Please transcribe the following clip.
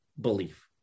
belief